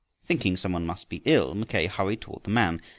thinking some one must be ill, mackay hurried toward the man,